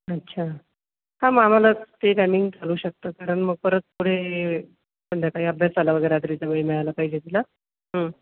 अच्छा हां मग आम्हाला ते टायमिंग चालू शकतं कारण मग परत पुढे संध्याकाळी अभ्यासाला वगैरे रात्रीचा वेळ मिळाला पाहिजे तिला